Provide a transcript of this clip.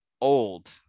old